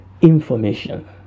information